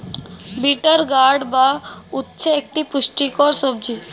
bitter gourd বা উচ্ছে একটি পুষ্টিকর সবজি